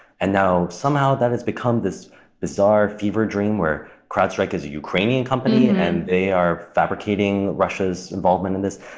and now, somehow that has become this bizarre fever dream where crowdstrike is a ukrainian company and they are fabricating russia's involvement in this.